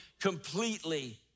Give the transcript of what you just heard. completely